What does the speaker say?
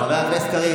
חבר הכנסת קריב,